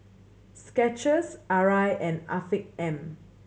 Skechers Arai and Afiq M